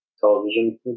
television